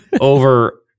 over